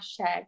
hashtag